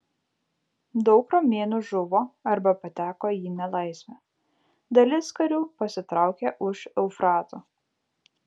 daug romėnų žuvo arba pateko į nelaisvę dalis karių pasitraukė už eufrato